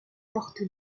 porte